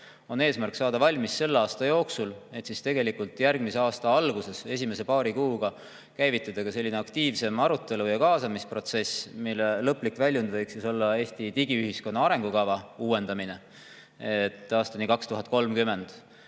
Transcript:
[tahame] saada valmis selle aasta jooksul, et siis järgmise aasta alguses esimese paari kuuga käivitada aktiivsem arutelu- ja kaasamisprotsess, mille lõplik väljund võiks olla Eesti digiühiskonna arengukava uuendamine aastani 2030.